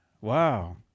Wow